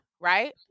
right